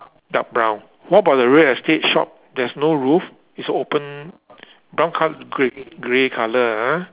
dark brown what about the real estate shop there's no roof it's open brown colour grey grey colour ah